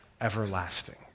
everlasting